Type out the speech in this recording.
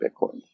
Bitcoin